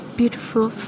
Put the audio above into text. beautiful